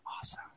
awesome